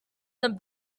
than